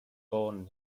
born